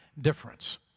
difference